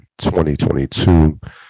2022